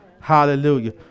Hallelujah